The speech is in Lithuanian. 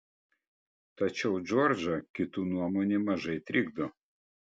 tačiau džordžą kitų nuomonė mažai trikdo